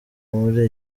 muri